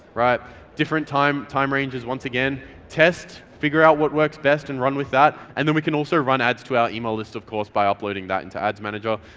different time time ranges once again test, figure out what works best and run with that. and then we can also run ads to our email list of course by uploading that and to ads manager.